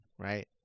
Right